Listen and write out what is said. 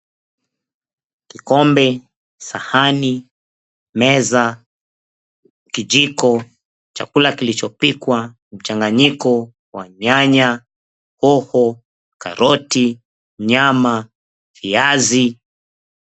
Kikombe, sahani, kijiko, chakula kilichopikwa, mchanganyiko wa nyanya, hoho, karoti, nyama na viazi.